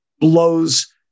blows